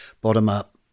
bottom-up